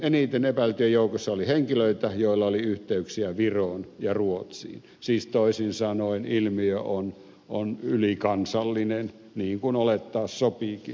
eniten epäiltyjen joukossa oli henkilöitä joilla oli yhteyksiä viroon ja ruotsiin siis toisin sanoen ilmiö on ylikansallinen niin kuin olettaa sopiikin